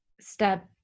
step